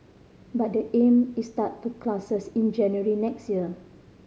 but the aim is start to classes in January next year